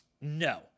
no